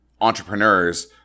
entrepreneurs